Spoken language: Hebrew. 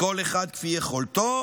מכל אחד כפי יכולתו,